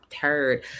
turd